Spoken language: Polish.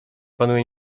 panuje